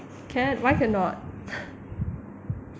can't why cannot